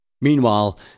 Meanwhile